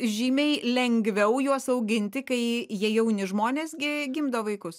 žymiai lengviau juos auginti kai jie jauni žmonės gi gimdo vaikus